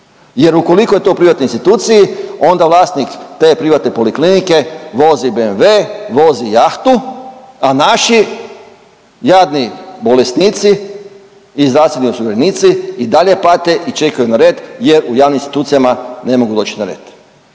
jer ukoliko je to u privatnoj instituciji onda vlasnih te privatne poliklinike vozi BMW, vozi jahtu, a naši jadni bolesnici i zdravstveni osiguranici i dalje pate i čekaju na red jer u javnim institucijama ne mogu doći na red,